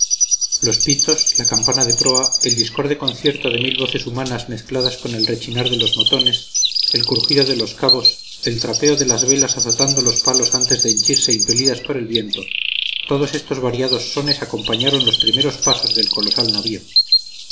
los pitos la campana de proa el discorde concierto de mil voces humanas mezcladas con el rechinar de los motones el crujido de los cabos el trapeo de las velas azotando los palos antes de henchirse impelidas por el viento todos estos variados sones acompañaron los primeros pasos del colosal navío